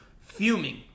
fuming